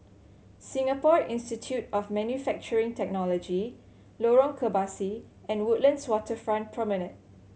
Singapore Institute of Manufacturing Technology Lorong Kebasi and Woodlands Waterfront Promenade